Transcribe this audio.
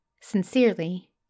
Sincerely